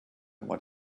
what